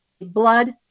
blood